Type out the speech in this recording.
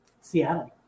Seattle